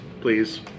please